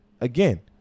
Again